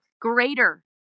greater